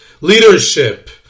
leadership